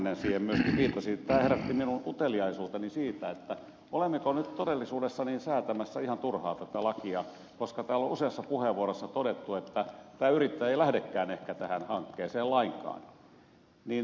tämä herätti minun uteliaisuuteni siitä olemmeko nyt todellisuudessa säätämässä ihan turhaan tätä lakia koska täällä on useassa puheenvuorossa todettu että tämä yrittäjä ei lähdekään ehkä tähän hankkeeseen lainkaan